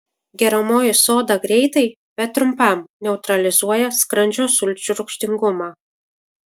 geriamoji soda greitai bet trumpam neutralizuoja skrandžio sulčių rūgštingumą